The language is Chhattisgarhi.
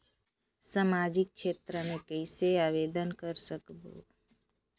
समाजिक क्षेत्र मे कइसे आवेदन कर सकबो?